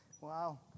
Wow